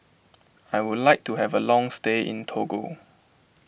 I would like to have a long stay in Togo